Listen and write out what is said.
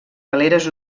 galeres